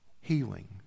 healing